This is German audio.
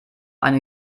eine